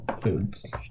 foods